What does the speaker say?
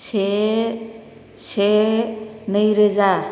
से से नैरोजा